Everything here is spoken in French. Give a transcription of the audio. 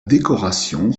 décoration